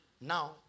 Now